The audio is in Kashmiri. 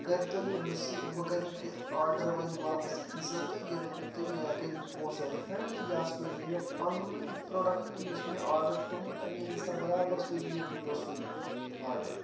کٔرۍ تَو یہِ بہٕ سُے بہٕ کَرٕ یہِ کہ آرڈَر وَنۍ واپَس کینسل تہٕ یہِ رٔٹِو تُہۍ مےٚ یا کٔرِو مےٚ پونٛسہٕ رِفنٛڈ تہٕ یا سوٗزِو مےٚ پَننُے پروڈَکٹ یُس مےٚ آرڈَر چھُ کوٚرمُت تَمے حِساب بَرابر سوٗزِو مےٚ ڈِٹو سُے آرڈَر